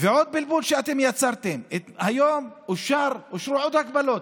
ועוד בלבול שאתם יצרתם, היום אושרו עוד הגבלות,